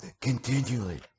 continually